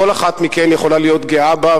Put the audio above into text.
כל אחת מכן יכולה להיות גאה בו,